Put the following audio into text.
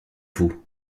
vous